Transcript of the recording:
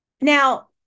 Now